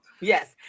yes